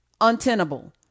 untenable